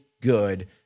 good